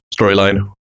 storyline